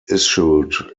issued